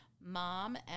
mom